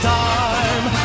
time